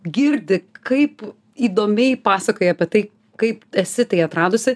girdi kaip įdomiai pasakoji apie tai kaip esi tai atradusi